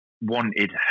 wanted